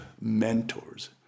mentors